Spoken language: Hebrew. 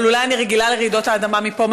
אבל אולי אני רגילה לרעידות אדמה מפה,